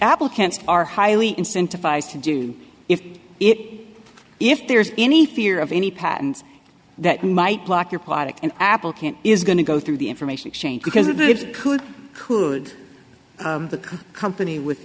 applicants are highly incentivized to do if it if there's any fear of any patents that might block your product and apple can't is going to go through the information exchange because it could could the company with